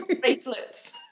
bracelets